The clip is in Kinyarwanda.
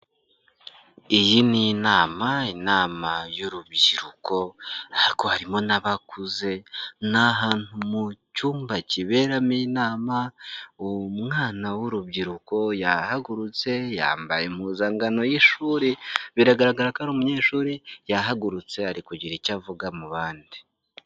Iyi ni inama, inama y'urubyiruko, ariko harimo n'abakuze, ni ahantu mu cyumba kiberamo inama, umwana w'urubyiruko yahagurutse yambaye impuzankano y'ishuri, biragaragara ko ari umunyeshuri yahagurutse ari kugira icyo avuga mu bandi.